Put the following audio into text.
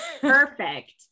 perfect